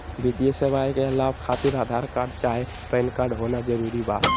वित्तीय सेवाएं का लाभ खातिर आधार कार्ड चाहे पैन कार्ड होना जरूरी बा?